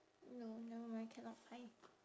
no never mind cannot find